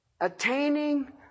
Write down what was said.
attaining